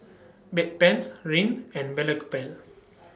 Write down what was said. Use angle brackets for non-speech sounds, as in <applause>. Bedpans Rene and <unintelligible>